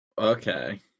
Okay